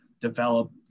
develop